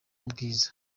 ubwiza